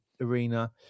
arena